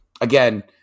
again